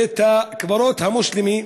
בית-הקברות המוסלמי,